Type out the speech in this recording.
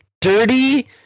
dirty